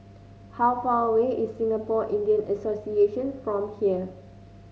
how far away is Singapore Indian Association from here